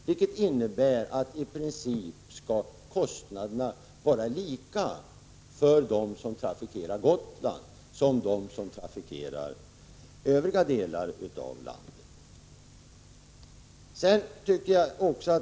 Den innebär att kostnaderna i princip skall vara desamma för dem som trafikerar Gotland och för dem som trafikerar övriga delar av landet.